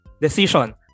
decision